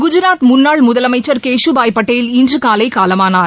குஜராத் முன்னாள் முதலமைச்சர் கேஷூபாய் பட்டேல் இன்றுகாலை காலமானார்